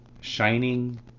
shining